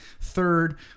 third